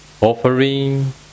offering